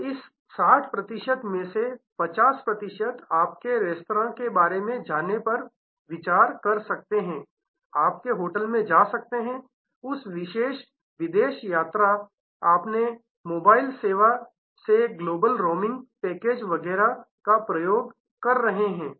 तो इस 60 प्रतिशत में से 50 प्रतिशत आपके रेस्तरां में जाने पर विचार कर सकते हैं आपके होटल में जा रहे हैं उस विशेष विदेश यात्रा अपने मोबाइल सेवा से ग्लोबल रोमिंग पैकेज वगैरह का प्रयोग कर रहे हैं